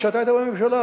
כשאתה היית בממשלה,